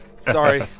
Sorry